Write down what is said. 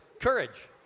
Courage